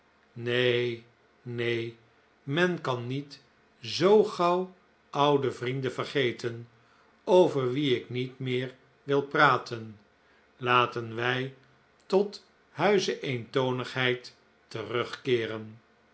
nee nee men kan niet zoo gauw oude vrienden vergeten over wie ik niet meer wil praten laten wij tot huize eentonigheid terugkeeren